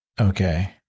Okay